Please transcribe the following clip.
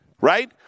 right